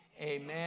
Amen